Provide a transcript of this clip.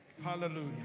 Hallelujah